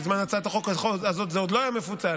בזמן הצעת החוק הזאת זה לא היה מפוצל,